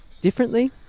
...differently